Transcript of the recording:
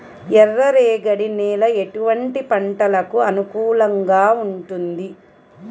ఎర్ర రేగడి నేల ఎటువంటి పంటలకు అనుకూలంగా ఉంటుంది?